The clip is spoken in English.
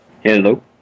Hello